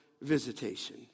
visitation